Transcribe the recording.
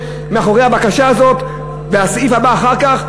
מאחורי הבקשה הזאת והסעיף הבא אחר כך,